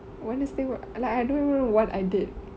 wednesday !wah! like I don't even know what I did